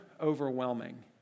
overwhelming